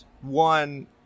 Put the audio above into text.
one